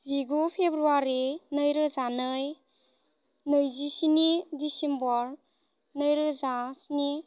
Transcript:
जिगु फेब्रुवारि नैरोजा नै नैजिस्नि दिसेम्बर नैरोजा स्नि